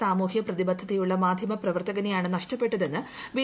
സാമൂഹ്യ പ്രതിബദ്ധതയുള്ള മാധ്യമ പ്രവർത്തകനെയാണ് നഷ്ടപ്പെട്ടതെന്ന് ബി